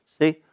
See